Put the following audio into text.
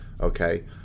okay